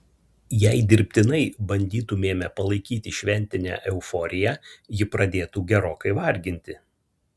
jei dirbtinai bandytumėme palaikyti šventinę euforiją ji pradėtų gerokai varginti